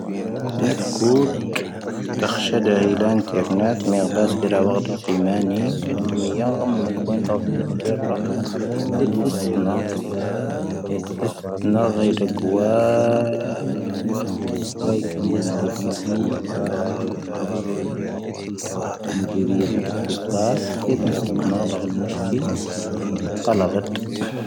ⵏⴰⴽⵓ ⵜⴽⵀⵜ, ⵉⵜⴰⴽⵙⵀⴰⴷⴰ ⵀⵉ ⵍⴰⵏⵜⵉⵔⵏⴰⴰⵜ ⵎⴻⵢⴰⴱⴰⵣⴳⵉⵔⴰⵡⴰⴷ ⵜⵣⵉⵎⴰⵏⵉ, ⵏⵢⴻⵀⴷⵉ ⴳⵎⵉⵢⴰⵎ ⵎⴰⴽⵡⴰⵏⴷⴰ ⵓⵙⵜⴰⵜⵉⵔⵔⴰ. ⴻⴷⵣ ⵉⵙⵜⵏⴰ, ⴻⴷⵣ ⵉⵙⵜⵏⴰ ⴳⵀⴻⵢ ⴷⵀⴰ ⴳⵡⴰ, ⵡⴰⵉⴽⴰⵏⴰ ⵏⵍ ⵉⵜⵜⵉⵙⴰⵔⵏⴰ ⴷⵀⴰ ⴳⴰvⴰⴰ,. ⵎⵡ ⴷⵀⵉⵔⵉⵢⴻ ⴷⵀⵍ ⵉⵜⵜⵉⵙⴰⵔ, ⴻⴷⵣ ⵉⵙⵜⵏⴰ ⴷⵀⴰ ⴳⵀⴰ ⵎⵡⵙⵀⴽⵉⵍ, ⴰⵇⴰⵍⴰⴳⴰⵜ.